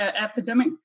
epidemic